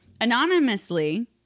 anonymously